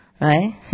right